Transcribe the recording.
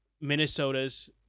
Minnesota's